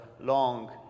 long